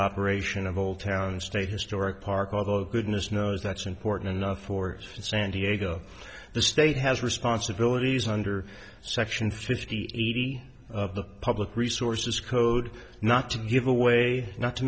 historic park although goodness knows that's important enough for san diego the state has responsibilities under section fifty eighty of the public resources code not to give away not to